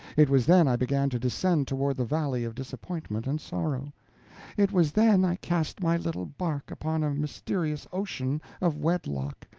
it was then i began to descend toward the valley of disappointment and sorrow it was then i cast my little bark upon a mysterious ocean of wedlock,